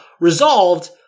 resolved –